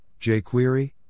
jQuery